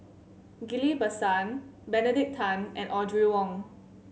Ghillie Basan Benedict Tan and Audrey Wong